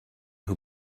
who